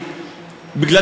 בגלל,